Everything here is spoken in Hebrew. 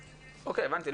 הבנתי.